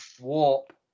warp